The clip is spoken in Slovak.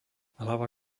hlava